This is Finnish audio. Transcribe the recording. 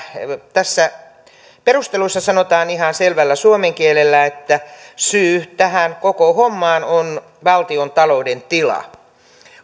tässä perustelussa sanotaan ihan selvällä suomen kielellä että syy tähän koko hommaan on valtiontalouden tila